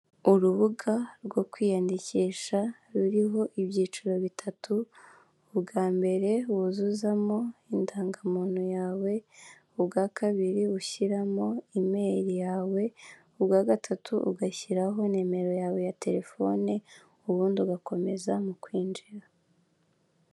Urubuga rwo kwiyandikisha ruriho ibyiciro bitatu: ubwa mbere wuzuzamo indangamuntu yawe; ubwa kabiri ushyiramo imeri yawe; ubwa gatatu ugashyiraho nimero yawe ya terefone, ubundi ugakomeza mu kwinjira.